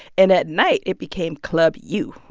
and at night, it became club u.